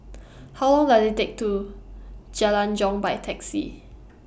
How Long Does IT Take to Jalan Jong By Taxi